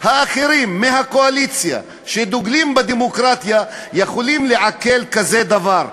האחרים מהקואליציה שדוגלים בדמוקרטיה יכולים לעכל כזה דבר.